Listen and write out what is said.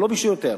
הם לא ביקשו יותר.